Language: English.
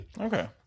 Okay